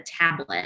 tablet